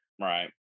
Right